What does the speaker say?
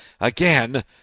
again